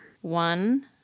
One